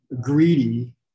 greedy